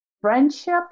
friendship